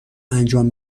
انجام